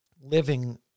living